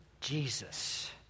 Jesus